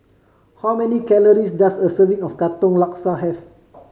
how many calories does a serving of Katong Laksa have